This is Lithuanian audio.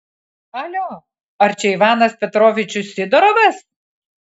alio ar čia ivanas petrovičius sidorovas